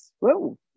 Whoa